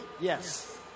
Yes